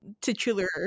titular